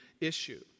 issue